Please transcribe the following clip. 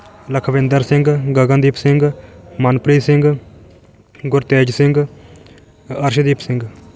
ਲਖਵਿੰਦਰ ਸਿੰਘ ਗਗਨਦੀਪ ਸਿੰਘ ਮਨਪ੍ਰੀਤ ਸਿੰਘ ਗੁਰਤੇਜ ਸਿੰਘ ਅ ਅਰਸ਼ਦੀਪ ਸਿੰਘ